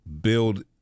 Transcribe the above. build